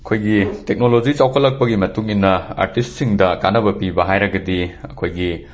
ꯑꯩꯈꯣꯏꯒꯤ ꯇꯦꯛꯅꯣꯂꯣꯖꯤ ꯆꯥꯎꯈꯠꯂꯛꯄꯒꯤ ꯃꯇꯨꯡ ꯏꯟꯅ ꯑꯥꯔꯇꯤꯁꯁꯤꯡꯗ ꯀꯥꯟꯅꯕ ꯄꯤꯕ ꯍꯥꯏꯔꯒꯗꯤ ꯑꯩꯈꯣꯏꯒꯤ